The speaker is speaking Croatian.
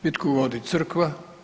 Bitku vodi crkva.